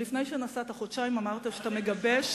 חודשיים לפני שנסעת אמרת שאתה מגבש